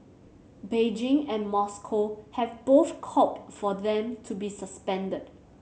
Beijing and Moscow have both called for them to be suspended